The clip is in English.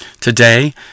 Today